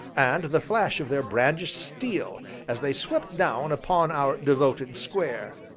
and the flash of their brandished steel as they swept down upon our devoted square,